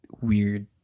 weird